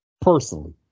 personally